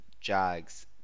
Jags